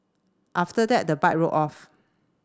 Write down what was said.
after that the bike rode off